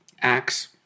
Acts